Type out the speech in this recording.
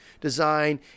design